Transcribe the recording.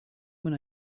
when